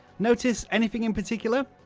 notice anything in particular?